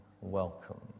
welcome